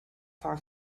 far